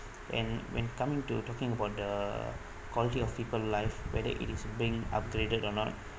and when coming to talking about the quality of people life whether it is being upgraded or not